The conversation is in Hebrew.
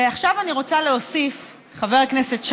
ועכשיו אני רוצה להוסיף, חבר הכנסת שי,